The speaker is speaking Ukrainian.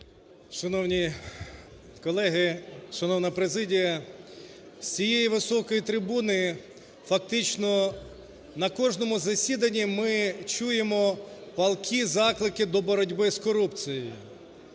Шановні колеги, шановна президія! З цієї високої трибуни фактично на кожному засіданні ми чуємо палкі заклики до боротьби з корупцією